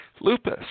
lupus